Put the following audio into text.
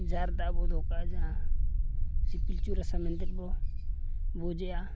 ᱡᱷᱟᱨ ᱫᱟᱜ ᱵᱚ ᱫᱚᱦᱚ ᱠᱟᱜᱼᱟ ᱡᱟᱦᱟᱸ ᱥᱮ ᱯᱤᱞᱪᱩ ᱨᱟᱥᱟ ᱢᱮᱱᱛᱮᱫ ᱵᱚ ᱵᱩᱡᱮᱜᱼᱟ